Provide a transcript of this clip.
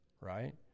right